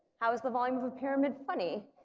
how's the volume of a pyramid funny?